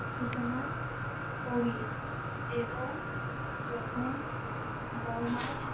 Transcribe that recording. উদ্দীপনা করি এবং যখন বড়ো মাছ